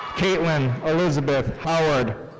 kaitlyn elisabeth howard.